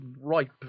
ripe